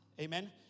Amen